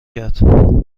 کرد